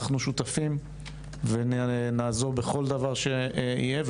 אנחנו שותפים ונעזור בכל דבר שיהיה.